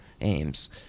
aims